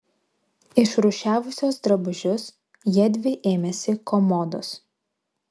išrūšiavusios drabužius jiedvi ėmėsi komodos